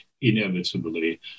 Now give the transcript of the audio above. inevitably